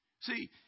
See